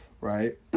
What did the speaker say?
right